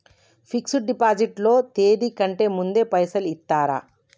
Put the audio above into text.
Fix డ్ deposit లో తేది కంటే ముందే పైసలు ఇత్తరా?